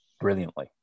brilliantly